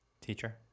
teacher